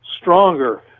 stronger